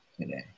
today